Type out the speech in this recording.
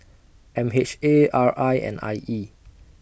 M H A R I and I E